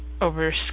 over